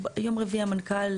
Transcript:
יום רביעי המנכ"ל,